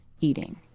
eating